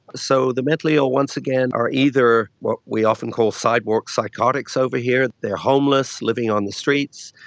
so the mentally ill once again are either what we often call sidewalk psychotics over here, they are homeless, living on the streets,